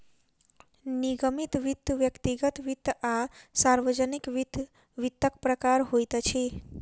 निगमित वित्त, व्यक्तिगत वित्त आ सार्वजानिक वित्त, वित्तक प्रकार होइत अछि